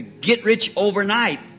get-rich-overnight